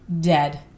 Dead